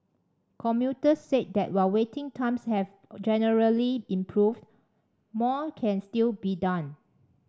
commuters said that while waiting times have generally improved more can still be done